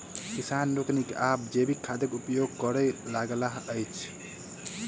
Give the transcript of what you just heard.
किसान लोकनि आब जैविक खादक उपयोग करय लगलाह अछि